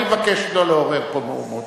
אני מבקש לא לעורר פה מהומות.